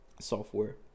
software